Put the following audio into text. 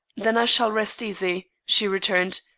then i shall rest easy, she returned,